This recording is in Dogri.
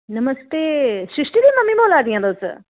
नमस्ते श्रिश्टी दी मम्मी बोल्ला दि'यां तुस